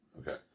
Okay